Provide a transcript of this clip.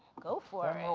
go for